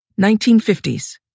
1950s